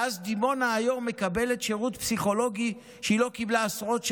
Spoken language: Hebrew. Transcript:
ואז דימונה היום מקבלת שירות פסיכולוגי שהיא לא קיבלה עשרות שנים.